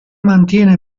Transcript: mantiene